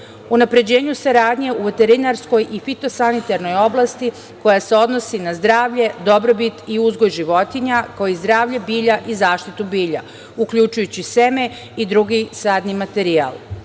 unapređenje saradnje u veterinarskoj i fito-sanitarnoj oblasti koja se odnosi na zdravlje, dobrobit i uzgoj životinj,a kao i zdravlje bilja i zaštitu bilja, uključujući seme i drugi sadni materijal,